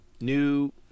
New